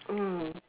mm